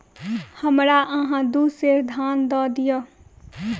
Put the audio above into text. हमरा अहाँ दू सेर धान दअ दिअ